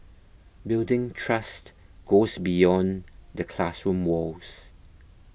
building trust goes beyond the classroom walls